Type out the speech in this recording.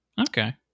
okay